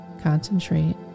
Concentrate